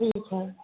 ठीक है